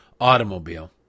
automobile